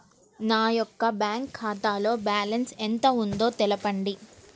నా యొక్క బ్యాంక్ ఖాతాలో బ్యాలెన్స్ ఎంత ఉందో తెలపండి?